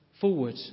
forward